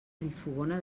vallfogona